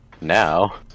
Now